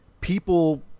people